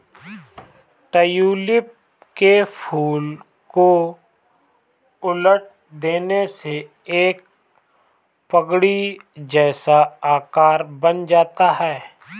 tulip के फूल को उलट देने से एक पगड़ी जैसा आकार बन जाता है